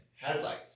headlights